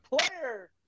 player